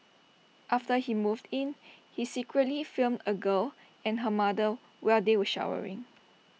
after he moved in he secretly filmed A girl and her mother while they were showering